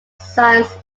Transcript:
science